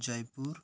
Jaipur